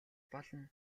болно